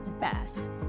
best